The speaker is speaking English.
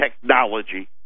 technology